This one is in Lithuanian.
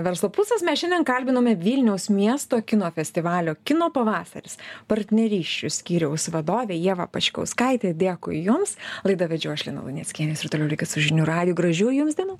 verslo pulsas mes šiandien kalbinome vilniaus miesto kino festivalio kino pavasaris partnerysčių skyriaus vadovę ievą pačkauskaitę dėkui jums laidą vedžiau aš lina luneckienė jūs ir toliau likit su žinių radiju gražių jums dienų